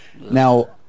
Now